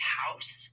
house